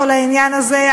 כל העניין הזה.